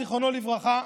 זיכרונו לברכה,